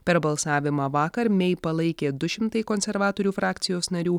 per balsavimą vakar mei palaikė du šimtai konservatorių frakcijos narių